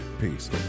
Peace